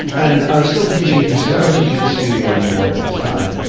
and i was still teaching at the stu i don't teach at the studio anymore at this time.